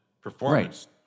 performance